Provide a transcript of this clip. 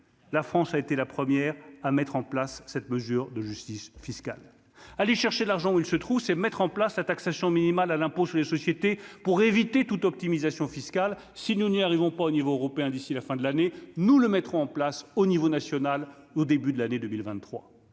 la France a été la première à mettre en place cette mesure de justice fiscale, aller chercher l'argent où il se trouve, c'est mettre en place la taxation minimale à l'impôt sur les sociétés pour éviter toute optimisation fiscale si nous n'y arrivons pas, au niveau européen d'ici la fin de l'année, nous le mettrons en place au niveau national. Au début de l'année 2023